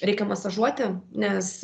reikia masažuoti nes